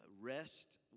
rest